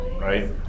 right